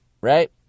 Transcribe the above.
right